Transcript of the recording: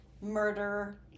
murder